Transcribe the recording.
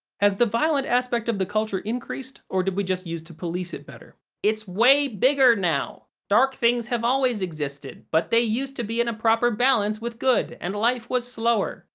has the violent aspect of the culture increased or did we just used to police it better? it's way bigger now. dark things have always existed, but they used be in a proper balance with good and life was slower.